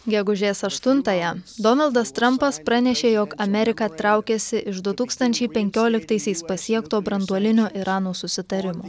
gegužės aštuntąją donaldas trampas pranešė jog amerika traukiasi iš du tūkstančiai penkioliktaisiais pasiekto branduolinio irano susitarimo